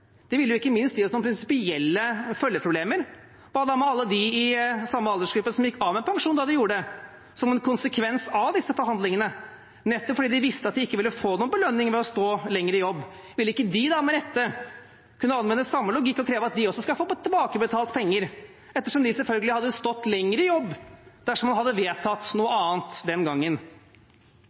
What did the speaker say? Det ville ikke minst gitt oss noen prinsipielle følgeproblemer. Hva da med alle dem i samme aldersgruppe som gikk av med pensjon da de gjorde det som en konsekvens av disse forhandlingene, nettopp fordi de visste at de ikke ville få noen belønning ved å stå lenger i jobb? Vil ikke de da med rette kunne anvende samme logikk og kreve at de også skal få tilbakebetalt penger ettersom de selvfølgelig hadde stått lenger i jobb dersom man hadde vedtatt noe annet den gangen?